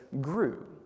grew